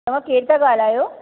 तव्हां केरु था ॻाल्हायो